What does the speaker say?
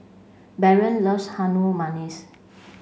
Baron loves Harum Manis